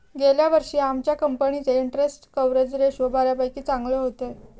गेल्या वर्षी आमच्या कंपनीचे इंटरस्टेट कव्हरेज रेशो बऱ्यापैकी चांगले होते